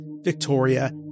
Victoria